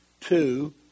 Two